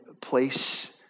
place